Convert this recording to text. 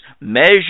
measure